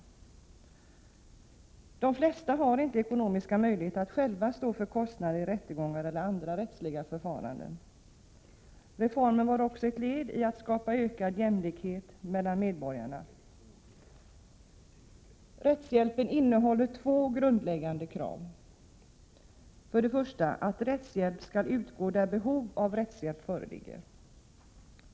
De flesta har inte ekonomiska möjligheter att själva stå för kostnaderna i rättegångar eller andra rättsliga förfaranden. Reformen var också ett led i att skapa ökad jämlikhet mellan medborgarna. Rättshjälpen innehåller två grundläggande krav: För det första skall rättshjälp utgå där behov av rättshjälp föreligger.